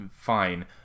fine